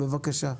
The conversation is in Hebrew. בבקשה.